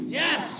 yes